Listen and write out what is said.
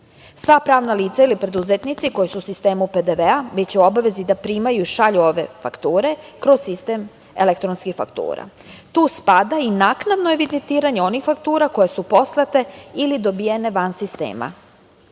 Sva pravna lica ili preduzetnici koji su u sistemu PDV biće u obavezi da primaju i šalju ove fakture kroz sistem elektronskih faktura, tu spada i naknadno evidentiranje onih faktura koje su poslate ili dobijene van sistema.